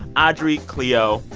audrey cleo,